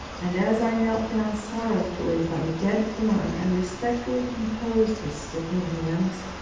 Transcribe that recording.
and as i knelt down sorrowfully by the dead form and respectfully composed his stiffening limbs,